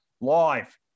live